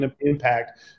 impact